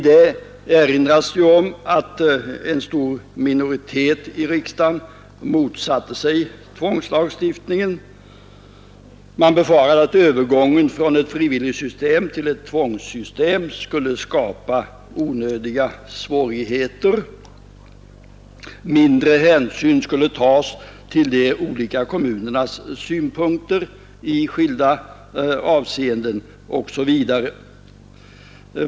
Däri erinras om att en stor minoritet i riksdagen motsatte sig tvångslagstiftningen. Man befarade att övergången från ett frivilligt system till ett tvångssystem skulle skapa onödiga svårigheter, mindre hänsyn skulle tas till de olika kommunernas synpunkter i skilda avseenden osv.